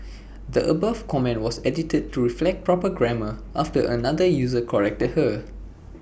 the above comment was edited to reflect proper grammar after another user corrected her